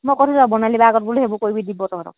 মই কৈ থৈছোঁ আৰু বৰ্ণালী বাৰ আগত বোলো সেইবোৰ কৰিবি দিব তহঁতক